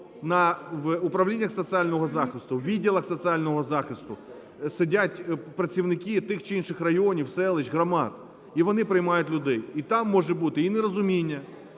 в управліннях соціального захисту, в відділах соціального захисту сидять працівники тих чи інших районів, селищ, громад. І вони приймають людей. І там може бути і нерозуміння,